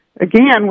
again